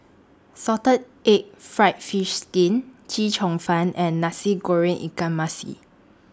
Salted Egg Fried Fish Skin Chee Cheong Fun and Nasi Goreng Ikan Masin